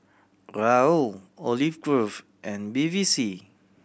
Raoul Olive Grove and Bevy C